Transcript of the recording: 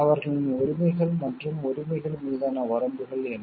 அவர்களின் உரிமைகள் மற்றும் உரிமைகள் மீதான வரம்புகள் என்ன